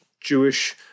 Jewish